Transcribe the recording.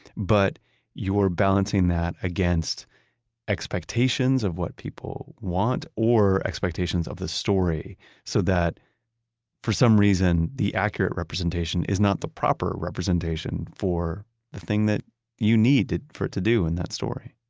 but you're balancing that against expectations of what people want or expectations of the story so that for some reason the accurate representation is not the proper representation for the thing that you need for it to do and that story?